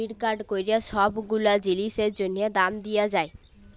debit কাড়ে ক্যইরে ছব গুলা জিলিসের জ্যনহে দাম দিয়া যায়